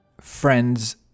Friends